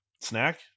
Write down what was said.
snack